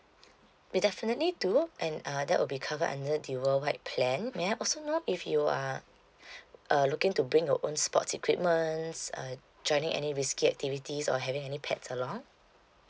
we definitely do and uh that will be covered under the worldwide plan may I also know if you are uh looking to bring your own sports equipments uh joining any risky activities or having any pets along